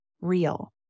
real